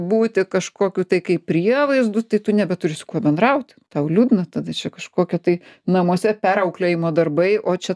būti kažkokiu tai kaip prievaizdu tai tu nebeturi su kuo bendraut tau liūdna tada čia kažkokie tai namuose perauklėjimo darbai o čia